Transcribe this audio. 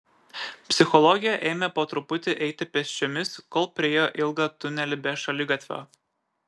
psichologė ėmė po truputį eiti pėsčiomis kol priėjo ilgą tunelį be šaligatvio